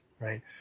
Right